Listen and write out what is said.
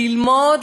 ללמוד